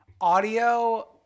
audio